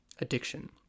addiction